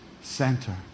Center